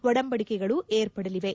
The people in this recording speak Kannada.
ಒಡಂಬಡಿಕೆಗಳು ಏರ್ಪಡಲಿವೆ